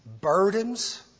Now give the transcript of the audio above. burdens